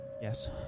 Yes